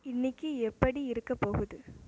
இன்னைக்கு எப்படி இருக்க போகுது